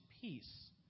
peace